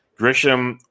grisham